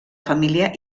família